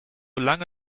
lange